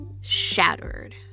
shattered